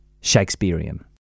Shakespearean